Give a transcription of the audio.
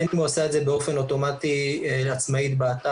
הן אם הוא עשה את זה באופן אוטומטי עצמאית באתר,